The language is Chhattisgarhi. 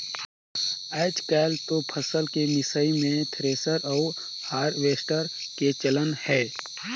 आयज कायल तो फसल के मिसई मे थेरेसर अउ हारवेस्टर के चलन हे